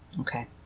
Okay